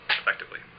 effectively